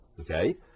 Okay